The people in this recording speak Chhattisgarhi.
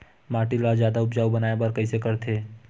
माटी ला जादा उपजाऊ बनाय बर कइसे करथे?